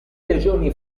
regioni